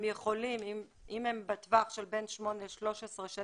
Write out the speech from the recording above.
הם יכולים אם הם בטווח של בין 8 ל-13 שנים,